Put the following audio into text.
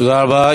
תודה רבה.